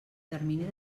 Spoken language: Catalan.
termini